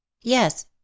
Yes